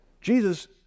Jesus